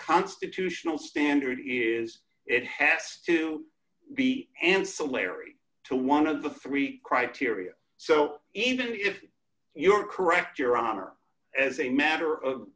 constitutional standard is it has to be ancillary to one of the three criteria so even if you're correct your honor as a matter of